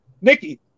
Nikki